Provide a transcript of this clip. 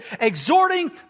exhorting